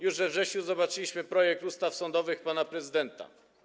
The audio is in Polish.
Już we wrześniu zobaczyliśmy projekt ustaw sądowych pana prezydenta.